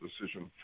decision